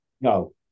No